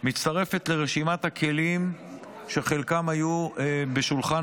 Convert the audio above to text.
מצטרפת לרשימת הכלים שחלקם היו על שולחן